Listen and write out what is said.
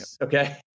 Okay